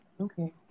Okay